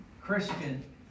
Christian